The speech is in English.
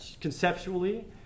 conceptually